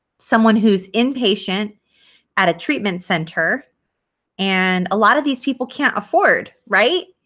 someone who's inpatient at a treatment center and a lot of these people can't afford, right?